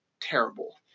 terrible